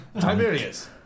Tiberius